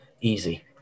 easy